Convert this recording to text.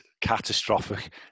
catastrophic